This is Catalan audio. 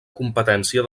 competència